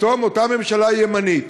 פתאום אותה ממשלה ימנית,